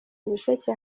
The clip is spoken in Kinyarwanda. ibisheke